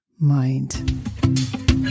mind